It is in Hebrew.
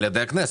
על ידי הכנסת.